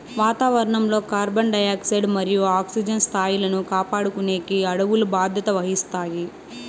వాతావరణం లో carbon dioxide మరియు ఆక్సిజన్ స్థాయిలను కాపాడుకునేకి అడవులు బాధ్యత వహిస్తాయి